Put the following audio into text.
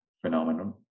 phenomenon